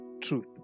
Truth